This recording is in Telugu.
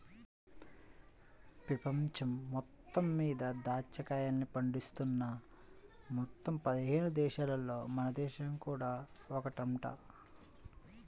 పెపంచం మొత్తం మీద దాచ్చా కాయల్ని పండిస్తున్న మొత్తం పది దేశాలల్లో మన దేశం కూడా ఒకటంట